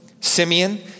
Simeon